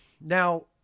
Now